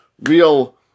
real